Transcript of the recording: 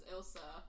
Ilsa